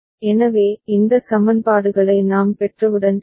Bn எனவே இந்த சமன்பாடுகளை நாம் பெற்றவுடன் சரி